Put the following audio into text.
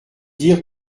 dire